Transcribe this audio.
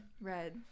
red